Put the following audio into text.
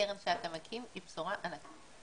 הקרן שאתה מקים היא בשורה ענקית.